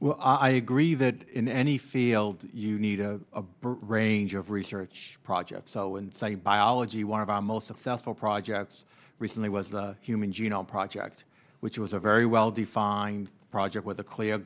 well i agree that in any field you need a broad range of research projects so inside biology one of our most successful projects recently was the human genome project which was a very well defined project with a clear